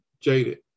jaded